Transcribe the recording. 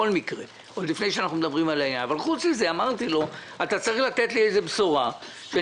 אמרתי לו שהוא צריך לתת לי איזו בשורה בנוגע